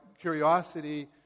curiosity